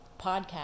podcast